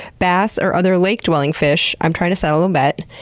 bass or other lake-dwelling fish? i'm trying to settle a bet.